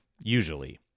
usually